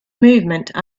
movement